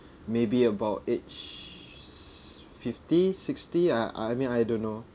maybe about age s~ fifty sixty I I mean I don't know